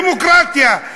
דמוקרטיה.